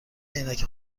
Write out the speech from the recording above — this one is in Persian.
عینک